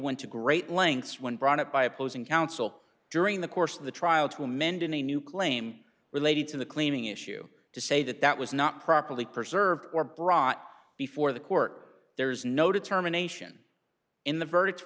went to great lengths when brought up by opposing counsel during the course of the trial to amend in a new claim related to the cleaning issue to say that that was not properly preserved or brought before the court there's no determination in the verdict